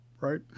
right